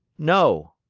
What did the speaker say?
no.